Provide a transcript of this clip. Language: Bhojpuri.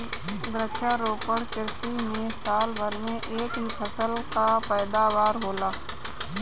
वृक्षारोपण कृषि में साल भर में एक ही फसल कअ पैदावार होला